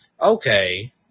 Okay